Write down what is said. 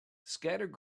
scattered